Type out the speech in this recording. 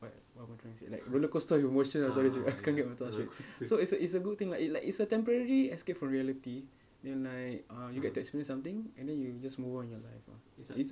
what what am I trying to say like roller coaster in motion ah sorry sorry I can't get my thoughts right so it's a it's a good thing like it like it's a temporary escape from reality and like uh you get to experience something and then you just move on in your life ah is